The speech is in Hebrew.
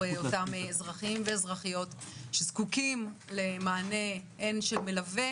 אותם האזרחים שזקוקים למענה של מלווה